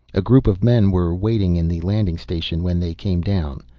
a group of men were waiting in the landing station when they came down.